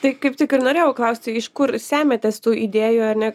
tai kaip tik ir norėjau klausti iš kur semiatės tų idėjų ar ne